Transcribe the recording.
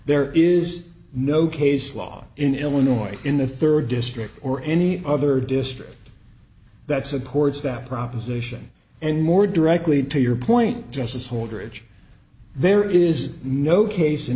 there is no case law in illinois in the third district or any other district that supports that proposition and more directly to your point justice holdridge there is no case in